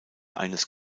eines